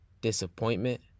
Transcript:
disappointment